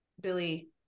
Billy